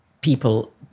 people